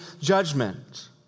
judgment